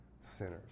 sinners